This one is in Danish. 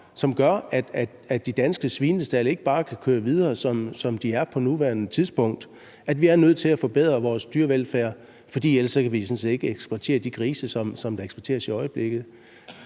som gør, at de danske svinestalde ikke bare kan køre videre, som de gør på nuværende tidspunkt. Vi er nødt til at forbedre vores dyrevelfærd, fordi vi ellers ikke kan eksportere de grise, vi gør i øjeblikket.